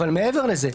אבל מעבר לזה,